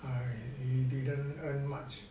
he didn't earn much